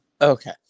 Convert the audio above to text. Okay